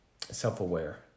self-aware